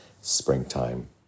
springtime